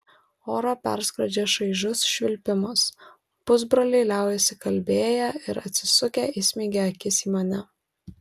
orą perskrodžia šaižus švilpimas pusbroliai liaujasi kalbėję ir atsisukę įsmeigia akis į mane